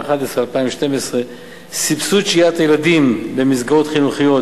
2012 סבסוד שהיית הילדים במסגרות חינוכיות,